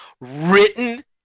written